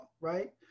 right